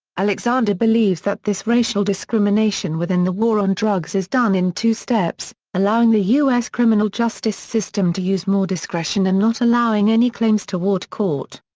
alexander believes that this racial discrimination within the war on drugs is done in two steps allowing the u s. criminal justice system to use more discretion and not allowing any claims toward court.